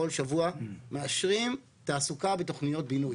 כל שבוע מאשרים תעסוקה בתוכניות בינוי.